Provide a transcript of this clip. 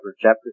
chapter